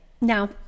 now